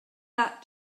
that